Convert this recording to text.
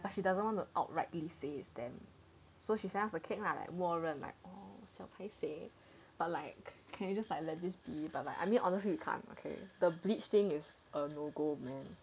but she doesn't want to outrightly say is them so she send us a cake lah like 默认 like oh 小 paiseh but like can you just like let this be but like I mean honestly you can't okay the bleach thing is a no go man